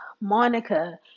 Monica